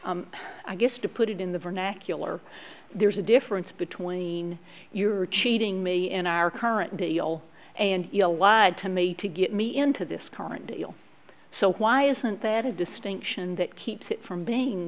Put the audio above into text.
issue i guess to put it in the vernacular there's a difference between you're cheating me in our current deal and a lot to me to get me into this current deal so why isn't that a distinction that keeps it from being